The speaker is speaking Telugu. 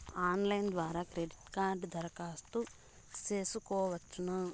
ఆన్లైన్ ద్వారా క్రెడిట్ కార్డుకు దరఖాస్తు సేసుకోవచ్చా?